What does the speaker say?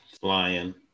flying